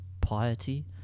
piety